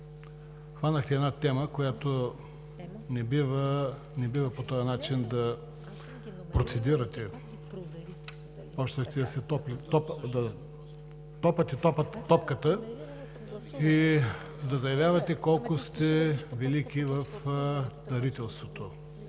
хванахте една тема, с която не бива по този начин да процедирате. Започнахте да тупате топката и да заявявате колко сте велики в дарителството.